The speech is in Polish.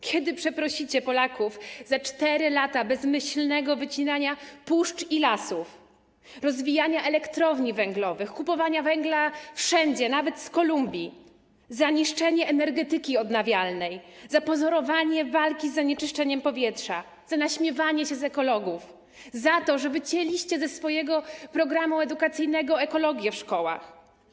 Kiedy przeprosicie Polaków za 4 lata bezmyślnego wycinania puszcz i lasów, rozwijanie elektrowni węglowych, kupowanie węgla wszędzie, nawet w Kolumbii, niszczenie energetyki odnawialnej, pozorowanie walki z zanieczyszczeniem powietrza, naśmiewanie się z ekologów, za to, że wycięliście ze swojego programu edukacyjnego ekologię w szkołach?